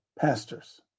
pastors